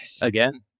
Again